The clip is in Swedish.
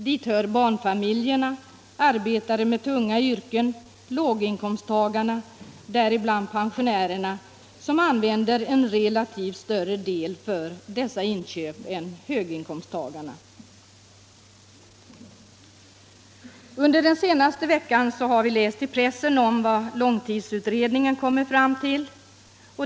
Till dem som använder en relativt sett större del för dessa inköp än höginkomsttagarna hör barnfamiljer, arbetare med tunga yrken och låginkomsttagare, däribland pensionärer. Under den senaste veckan har vi läst i pressen om vad långtidsutredningen kommit fram till.